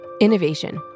Innovation